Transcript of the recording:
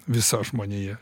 visa žmonija